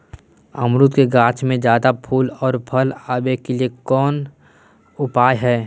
अमरूद के गाछ में ज्यादा फुल और फल आबे के लिए कौन उपाय है?